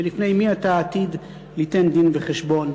ולפני מי אתה עתיד ליתן דין וחשבון.